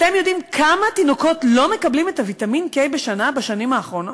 אתם יודעים כמה תינוקות בשנה לא מקבלים ויטמין K בשנים האחרונות,